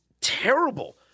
terrible